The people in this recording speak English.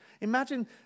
Imagine